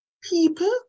people